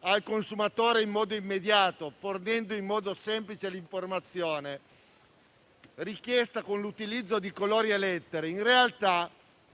al consumatore in modo immediato, fornendo in modo semplice l'informazione richiesta con l'utilizzo di colori e lettere, in realtà